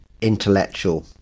intellectual